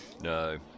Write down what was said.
no